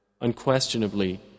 Unquestionably